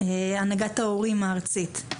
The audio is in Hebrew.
הנהגת ההורים הארצית,